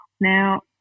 Now